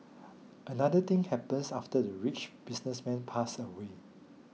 another thing happenes after the rich businessman pass away